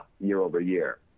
year-over-year